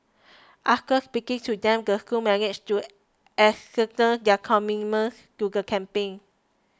after speaking to them the school managed to ascertain their commitment to the campaign